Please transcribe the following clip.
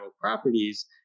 properties